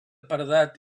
paredat